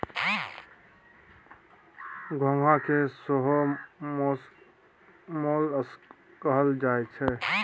घोंघा के सेहो मोलस्क कहल जाई छै